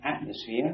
atmosphere